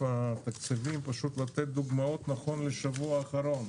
התקציבים פשוט לתת דוגמאות נכון לשבוע האחרון.